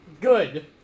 Good